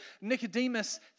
Nicodemus